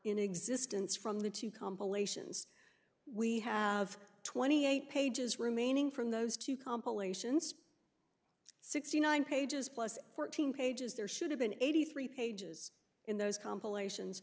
in existence from the two compilations we have twenty eight pages remaining from those two compilations sixty nine pages plus fourteen pages there should have been eighty three pages in those compilations